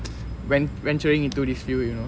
when venturing into this field you know